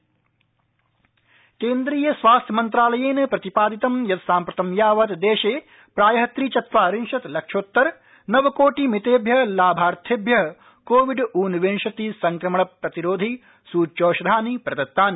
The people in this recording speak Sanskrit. कोरोना स्थिति केन्द्रीय स्वास्थ्यमन्त्रालयेन प्रतिपादितं यत् साम्प्रतं यावत् देशे प्राय त्रिचत्वारिशत् लक्षोत्तर नवकोटि मितेभ्य लाभार्थिभ्य कोविड़ ऊनविंशति संक्रमण प्रतिरोधि सुच्यौषधानि प्रदत्तानि